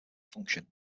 function